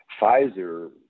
Pfizer